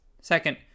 Second